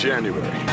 January